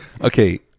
Okay